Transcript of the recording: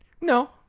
no